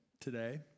today